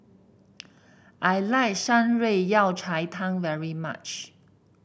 I like Shan Rui Yao Cai Tang very much